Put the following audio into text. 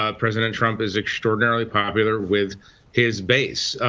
ah president trump is extraordinarily popular with his base.